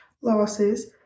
losses